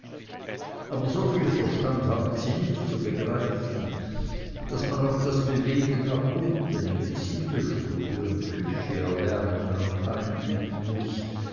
aber so viel verstand haben sie nicht zu begreifen daß man auch das bewegen nach unten in gesindestube und küche erlernen und einüben muß